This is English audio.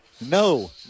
No